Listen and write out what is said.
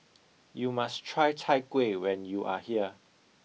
you must try chai kueh when you are here